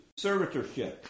servitorship